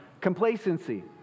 complacency